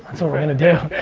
that's what we're gonna do.